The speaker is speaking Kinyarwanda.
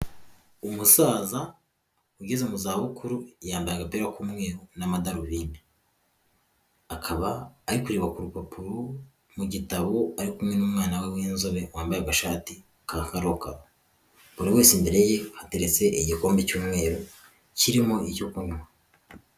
Umusaza ugeze mu za bukuru yambaye agapira k'umweru n'amadarubindi akaba ari kureba ku rupapuro mu gitabo ari kumwe n'umwana we w'inzobe wambaye agashati ka karokaro, buri wese imbere ye ateretse igikombe cy'umweru kirimo icyo kunywa.